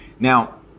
Now